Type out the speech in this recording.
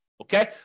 Okay